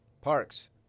Parks